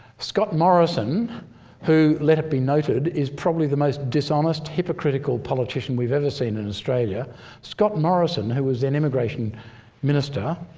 scott morrison who, let it be noted, is probably the most dishonest, hypocritical politician we've ever seen in australia scott morrison, who was then immigration minister,